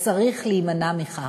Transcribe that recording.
וצריך להימנע מכך.